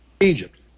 Egypt